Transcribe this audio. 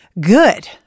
good